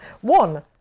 One